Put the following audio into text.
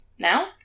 Now